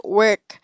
work